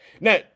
Now